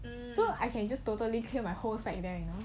so I can just totally clear my whole there you know